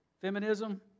Feminism